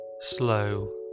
slow